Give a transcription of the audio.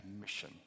mission